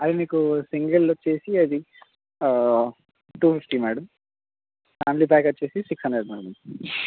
అది మీకు సింగిల్ వచ్చి అది two fifty madam family pack వచ్చి సిక్స్ హండ్రెడ్ మేడం